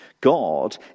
God